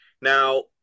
Now